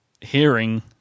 hearing